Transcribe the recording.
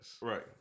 right